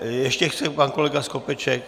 Ještě chce pan kolega Skopeček.